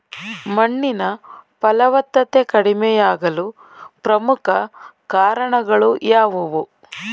ಮಣ್ಣಿನ ಫಲವತ್ತತೆ ಕಡಿಮೆಯಾಗಲು ಪ್ರಮುಖ ಕಾರಣಗಳು ಯಾವುವು?